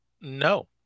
No